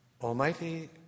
Almighty